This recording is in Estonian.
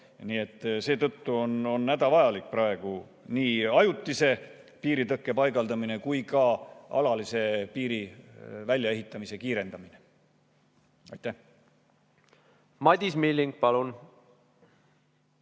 seetõttu on hädavajalik praegu nii ajutise piiritõkke paigaldamine kui ka alalise piiri väljaehitamise kiirendamine. Aitäh küsimuse